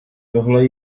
tohle